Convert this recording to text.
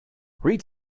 read